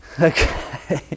Okay